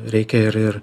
reikia ir ir